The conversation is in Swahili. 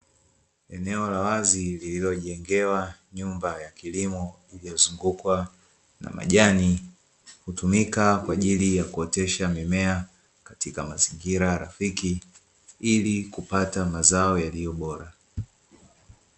Eneo la wazi lililojengewa nyumba ya kilimo iliyozungukwa na majani hutumika kwa ajili ya kuotesha mimea katika mazingira rafiki ili kupata mazao yaliyobora.